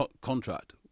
contract